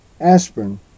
aspirin